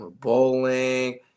bowling